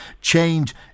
change